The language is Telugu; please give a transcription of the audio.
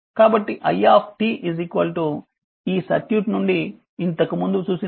కాబట్టి i ఈ సర్క్యూట్ నుండి ఇంతకు ముందు చూసిన v R